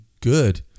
good